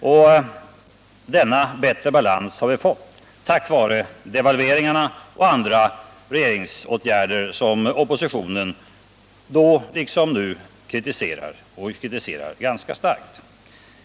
Och denna bättre balans har vi fått tack vare devalveringarna och andra regeringsåtgärder som oppositionen då liksom nu kritiserar, och kritiserar ganska starkt.